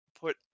put